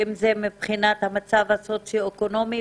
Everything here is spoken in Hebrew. ואם זה מבחינת המצב הסוציו-אקונומי,